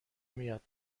میاد